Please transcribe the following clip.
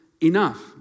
enough